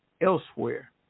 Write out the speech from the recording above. elsewhere